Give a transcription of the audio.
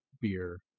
beer